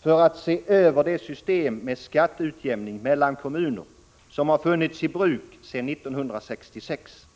för att se över det system med skatteutjämning mellan kommuner som har varit i bruk sedan 1966.